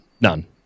None